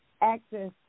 access